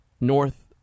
north